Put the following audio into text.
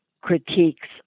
critiques